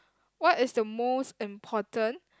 what is the most important